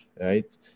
right